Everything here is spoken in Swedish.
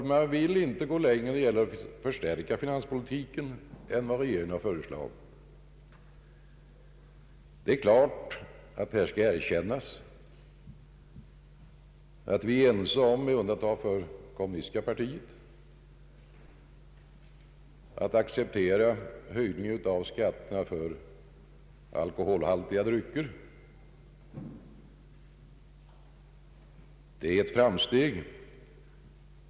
Man vill med andra ord inte gå längre än regeringen i strävandena att förstärka finanspolitiken. Det skall erkännas att vi med undantag för det kommunistiska partiet är ense om att acceptera höjningen av skatterna på alkoholhaltiga drycker, och det är ett framsteg.